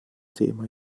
thema